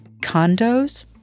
condos